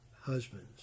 husbands